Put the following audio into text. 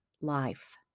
life